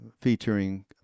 featuring